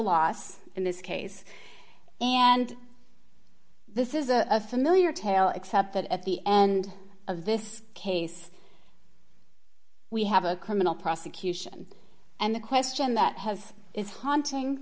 loss in this case and this is a familiar tale except that at the end of this case we have a criminal prosecution and the question that has is haunting